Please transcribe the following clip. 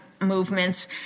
movements